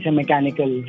mechanical